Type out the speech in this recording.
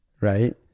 right